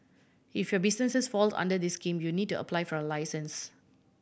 if your businesses fall under this scheme you need to apply for a license